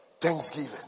Thanksgiving